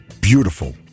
beautiful